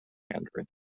mandarin